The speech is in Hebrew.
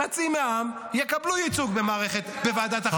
חצי מהעם יקבלו ייצוג בוועדת החקירה הממלכתית